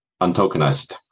untokenized